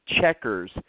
checkers